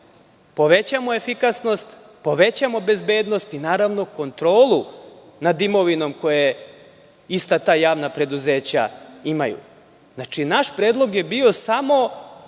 povećavamo efikasnost, bezbednost i kontrolu nad imovinom koju ista ta javna preduzeća imaju. Znači, naš predlog je bio samo